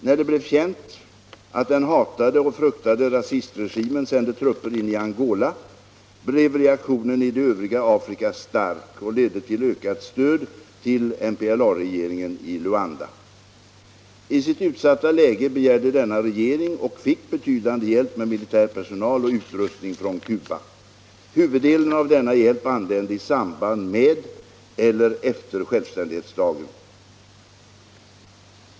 När det blev känt att den hatade och fruktade rasistregimen sände trupper in i Angola, blev reaktionen i det övriga Afrika stark och ledde till ökat stöd till MPLA-regeringen i Luanda. I sitt utsatta läge begärde denna regering och fick betydande hjälp med militär personal och utrustning från Cuba. Huvuddelen av denna hjälp anlände i samband med eller efter självständighetsdagen.